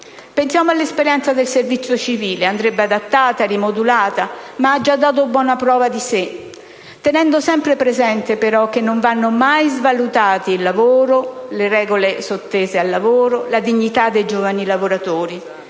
Pensiamo all'esperienza del servizio civile: andrebbe adattata e rimodulata, ma ha già dato buona prova di sé. Bisogna tenere sempre presente, però, che non vanno mai svalutati il lavoro, le regole sottese al lavoro, la dignità dei giovani lavoratori.